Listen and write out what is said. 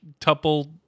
tuple